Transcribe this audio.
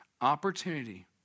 opportunity